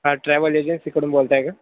हा ट्रॅवल एजन्सीकडून बोलत आहे का